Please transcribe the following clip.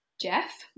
Jeff